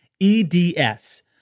EDS